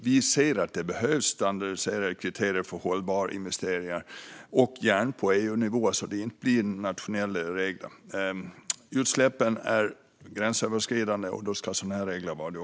Vi ser att det behövs standardiserade kriterier för hållbara investeringar, gärna på EU-nivå så att det inte blir nationella regler. Utsläppen är gränsöverskridande, och då ska reglerna också vara det.